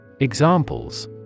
Examples